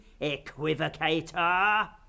equivocator